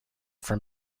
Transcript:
from